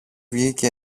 βγήκε